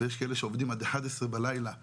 ויש כאלה שעובדים עד 11 בלילה כבלניות,